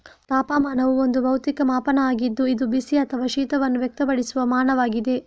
ತಾಪಮಾನವು ಒಂದು ಭೌತಿಕ ಮಾಪನ ಆಗಿದ್ದು ಇದು ಬಿಸಿ ಅಥವಾ ಶೀತವನ್ನು ವ್ಯಕ್ತಪಡಿಸುವ ಮಾನವಾಗಿದೆ